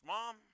Mom